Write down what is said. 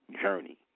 journey